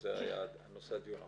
על זה היה נושא הדיון האחרון.